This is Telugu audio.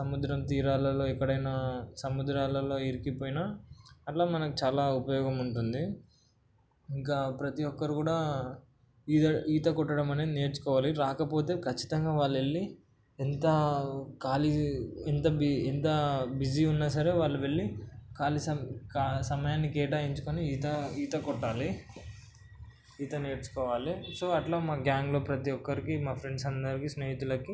సముద్రం తీరాలలో ఎక్కడైనా సముద్రాలలో ఇరికిపోయిన అట్లా మనకు చాలా ఉపయోగం ఉంటుంది ఇంకా ప్రతీ ఒక్కరు కూడా ఈత ఈత కొట్టడం అనేది నేర్చుకోవాలి రాకపోతే ఖచ్చితంగా వాళ్ళు వెళ్ళి ఎంత ఖాళీ ఎంత ఎంత బిజీగా ఉన్నా సరే వాళ్ళు వెళ్ళి ఖాళీ సమయాన్ని కేటాయించుకొని ఈత ఈత కొట్టాలి ఈత నేర్చుకోవాలి సో అట్లా మా గ్యాంగ్లో ప్రతీ ఒక్కరికి మా ఫ్రెండ్స్ అందరికీ స్నేహితులకి